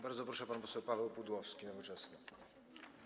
Bardzo proszę, pan poseł Paweł Pudłowski, Nowoczesna.